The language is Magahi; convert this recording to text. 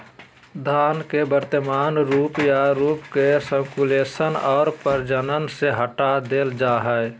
धन के वर्तमान रूप या रूप के सर्कुलेशन और प्रचलन से हटा देल जा हइ